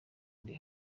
ndi